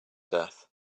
death